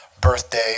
birthday